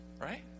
Right